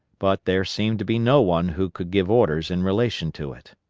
but there seemed to be no one who could give orders in relation to it.